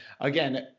again